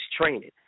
training